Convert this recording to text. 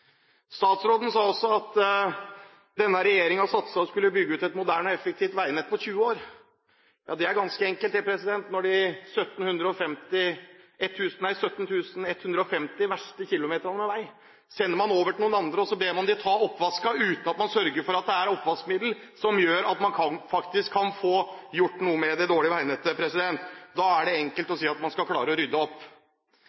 Statsråden sa også at denne regjeringen satset og skulle bygge ut et moderne og effektivt veinett på 20 år. Det er ganske enkelt, det, når de 17 150 verste kilometerne med vei er sendt over til andre, og man ber dem ta oppvasken uten å sørge for at det er oppvaskmiddel som gjør at man faktisk kan få gjort noe med det dårlige veinettet. Da er det enkelt å